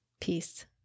Peace